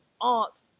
art